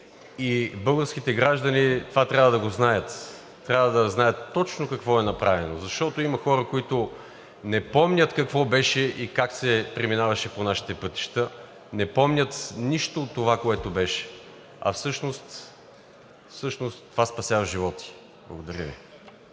Българските граждани това трябва да го знаят – трябва да знаят точно какво е направено. Защото има хора, които не помнят какво беше и как се преминаваше по нашите пътища, не помнят нищо от това, което беше, а всъщност това спасява животи. Благодаря Ви.